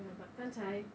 ya but 刚才